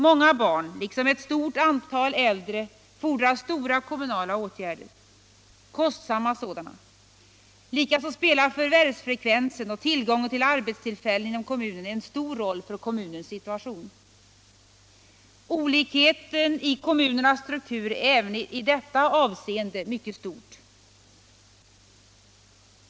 Många barn liksom ett stort antal äldre fordrar omfattande kommunala åtgärder, kostsamma sådana. Likaså spelar förvärvsfrekvensen och tillgången till arbetstillfällen inom kommunen en stor roll för kommunens situation. Olikheten i kommunernas struktur även i detta avseende är mycket stor.